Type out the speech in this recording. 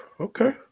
okay